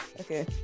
Okay